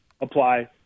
apply